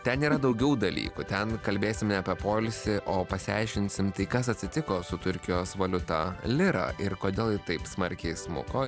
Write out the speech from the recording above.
ten yra daugiau dalykų ten kalbėsim ne apie poilsį o pasiaiškinsim tai kas atsitiko su turkijos valiuta lira ir kodėl ji taip smarkiai smuko